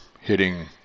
hitting